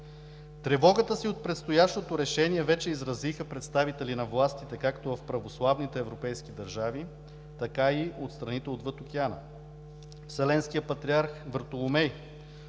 Тревогата си от предстоящото решение вече изразиха представители на властите както в православните европейски държави, така и от страните отвъд океана. Вселенският патриарх Вартоломей